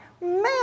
Man